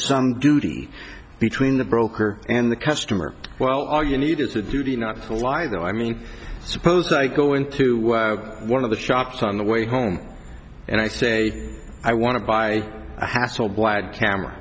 some duty between the broker and the customer well all you need is a duty not to lie though i mean suppose i go into one of the shops on the way home and i say i want to buy a hasselblad camera